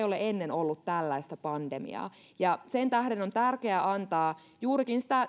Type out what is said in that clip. ole ennen ollut tällaista pandemiaa ja sen tähden on tärkeä antaa juurikin sitä